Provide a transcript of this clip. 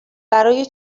برای